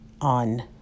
on